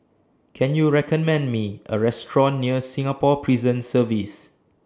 Can YOU recommend Me A Restaurant near Singapore Prison Service